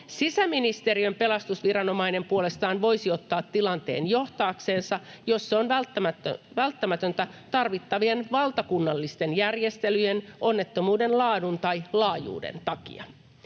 Sisäministeriön pelastusviranomainen puolestaan voisi ottaa tilanteen johtaakseen, jos se on välttämätöntä tarvittavien valtakunnallisten järjestelyjen tai onnettomuuden laadun tai laajuuden takia.